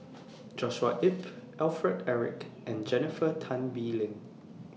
Joshua Ip Alfred Eric and Jennifer Tan Bee Leng